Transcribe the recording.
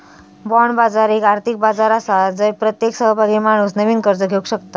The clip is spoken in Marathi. बाँड बाजार एक आर्थिक बाजार आसा जय प्रत्येक सहभागी माणूस नवीन कर्ज घेवक शकता